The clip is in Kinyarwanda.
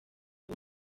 uwo